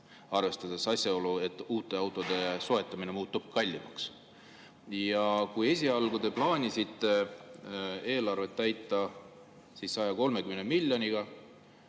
arvestades asjaolu, et uute autode soetamine muutub kallimaks. Kui te esialgu plaanisite eelarvet täita 130 miljoniga,